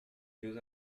meus